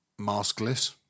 maskless